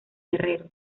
guerreros